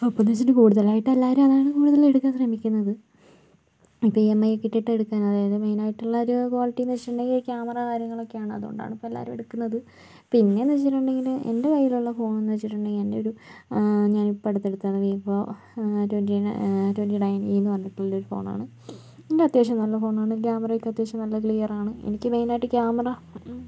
അപ്പം എന്നു വച്ചിട്ടുണ്ടെങ്കിൽ കൂടുതലായിട്ട് എല്ലാവരും അതാണ് കൂടുതൽ എടുക്കാൻ ശ്രമിക്കുന്നത് ഇപ്പം ഇ എം ഐ ഒക്കെ ഇട്ടിട്ട് എടുക്കാൻ അതായത് മെയിൻ ആയിട്ടുള്ള ഒരു ക്വാളിറ്റി എന്നു വച്ചിട്ടുണ്ടെങ്കിൽ ഈ ക്യാമറ കാര്യങ്ങളൊക്കെയാണ് അതുകൊണ്ടാണ് ഇപ്പോൾ എല്ലാവരും എടുക്കുന്നത് പിന്നെയെന്ന് വച്ചിട്ടുണ്ടെങ്കിൽ എൻ്റെ കയ്യിൽ ഉള്ള ഫോണെന്ന് വച്ചിട്ടുണ്ടെങ്കിൽ എൻ്റെ ഒരു ഞാൻ ഇപ്പോൾ അടുത്ത് എടുത്തതാണ് Vivo twenty twenty nine E എന്നു പറഞ്ഞിട്ടുള്ള ഒരു ഫോണാണ് എൻ്റെ അത്യാവശ്യം നല്ല ഫോണാണ് ക്യാമറയൊക്കെ അത്യാവശ്യം നല്ല ക്ലിയർ ആണ് എനിക്ക് മെയിൻ ആയിട്ട് ക്യാമറ